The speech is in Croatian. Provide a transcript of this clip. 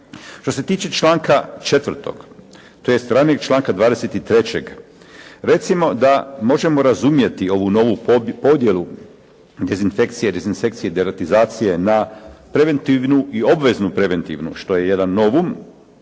Što se tiče članka 4., tj. ranijeg članka 23., recimo da možemo razumjeti ovu novu podjelu dezinfekcije i dezinsekcije i deratizacije na preventivu i obveznu preventivnu, što je jedan novum,